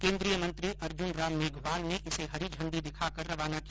केन्द्रीय मंत्री अर्जुन राम मेघवाल ने इसे हरी इंडी दिखाकर रवाना किया